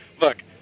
look